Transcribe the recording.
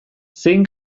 zein